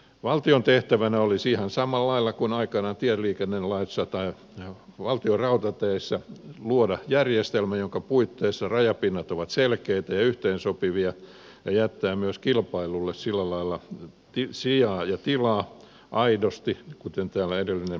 valtion tehtävänä olisi ihan samalla lailla kuin aikanaan tieliikennelaissa tai valtionrautateissä luoda järjestelmä jonka puitteissa rajapinnat ovat selkeitä ja yhteensopivia ja jättää myös kilpailulle sillä lailla sijaa ja tilaa aidosti kuten täällä edellinen puhuja totesi